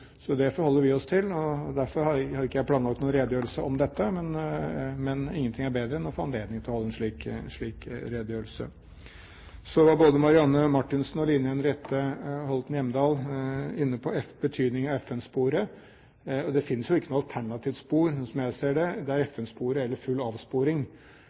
så det forholder vi oss til. Derfor har ikke jeg planlagt noen redegjørelse om dette, men ingenting er bedre enn å få anledning til å holde en slik redegjørelse. Så var både Marianne Marthinsen og Line Henriette Hjemdal inne på betydningen av FN-sporet. Det finnes jo ikke noe alternativt spor, slik som jeg ser det – det er FN-sporet eller full avsporing.